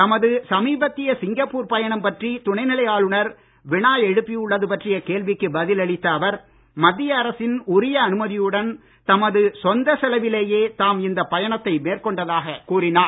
தமது சமீபத்திய சிங்கப்பூர் பயணம் பற்றி துணைநிலை ஆளுனர் வினா எழுப்பியுள்ளது பற்றிய கேள்விக்கு பதில் அளித்த அவர் மத்திய அரசின் உரிய அனுமதியுடன் தமது சொந்த செலவிலேயே தாம் இந்த பயணத்தை மேற்கொண்டதாகக் கூறினார்